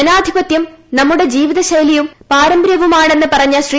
ജനാധിപത്യം നമ്മുടെ ജീപ്തശൈലിയും പാരമ്പരൃവുമാണെന്ന് പറഞ്ഞ ശ്രീ